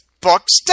books